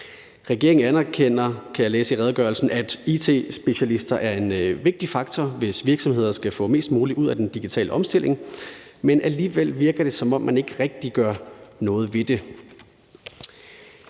læse i redegørelsen, at it-specialister er en vigtig faktor, hvis virksomheder skal få mest muligt ud af den digitale omstilling, men alligevel virker det, som om man ikke rigtig gør noget ved det.